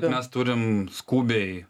mes turim skubiai